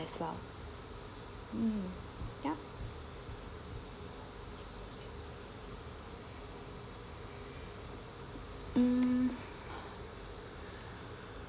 as well um yup um